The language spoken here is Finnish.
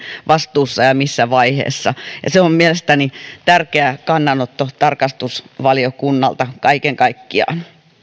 vastuussa ja missä vaiheessa se on mielestäni tärkeä kannanotto tarkastusvaliokunnalta kaiken kaikkiaan